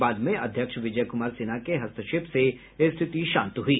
बाद में अध्यक्ष विजय कुमार सिन्हा के हस्तक्षेप से स्थिति शांत हुई